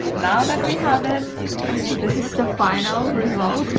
now that we have it this is the final result,